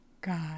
God